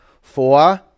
Four